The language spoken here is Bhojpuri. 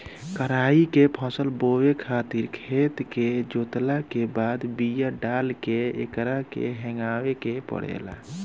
कराई के फसल बोए खातिर खेत के जोतला के बाद बिया डाल के एकरा के हेगावे के पड़ेला